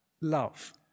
love